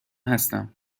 هستم